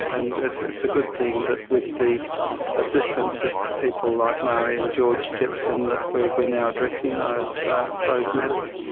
and it's it's a good thing that with the assistance of people like marie and george jepson that we are now addressing those those matters.